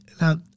now